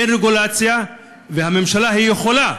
אין רגולציה, והממשלה יכולה,